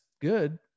good